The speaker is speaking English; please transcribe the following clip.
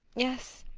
yes.